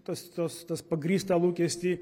tas tos tas pagrįstą lūkestį